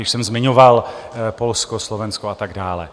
Již jsem zmiňoval Polsko, Slovensko a tak dále.